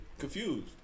Confused